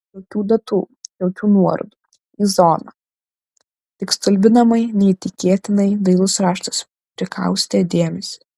jokių datų jokių nuorodų į zoną tik stulbinamai neįtikėtinai dailus raštas prikaustė dėmesį